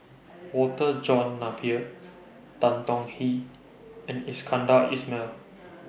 Walter John Napier Tan Tong Hye and Iskandar Ismail